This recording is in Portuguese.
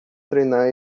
treinar